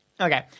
Okay